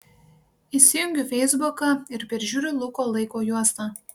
įsijungiu feisbuką ir peržiūriu luko laiko juostą